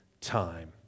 time